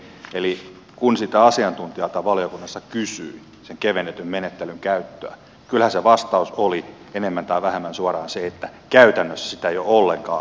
eli kun sen kevennetyn menettelyn käyttöä asiantuntijalta valiokunnassa kysyi kyllähän se vastaus oli enemmän tai vähemmän suoraan se että käytännössä sitä ei ole ollenkaan